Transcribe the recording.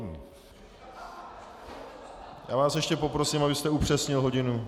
Já vás ještě poprosím, abyste upřesnil hodinu.